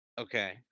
Okay